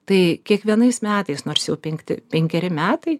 tai kiekvienais metais nors jau penkti penkeri metai